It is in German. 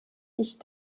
ich